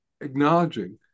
acknowledging